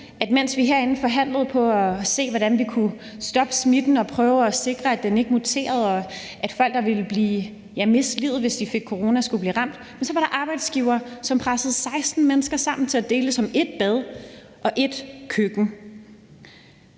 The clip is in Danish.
at mens vi herinde forhandlede for at se på, hvordan vi kunne stoppe smitten og prøve at sikre, at virussen ikke muterede, og at folk, der ville miste livet, hvis de fik corona, ikke skulle blive ramt, så var der arbejdsgivere, som stuvede 16 mennesker sammen til at deles om ét bad og ét køkken.